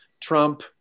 Trump